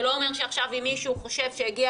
זה לא אומר שעכשיו אם מישהו חושב שהגיע